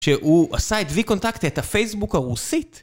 ‫שהוא עשה את VKontakte ‫את הפייסבוק הרוסית.